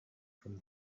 from